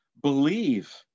Believe